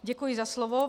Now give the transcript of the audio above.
Děkuji za slovo.